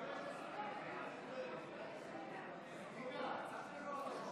לוועדה שתקבע ועדת הכנסת נתקבלה.